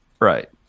Right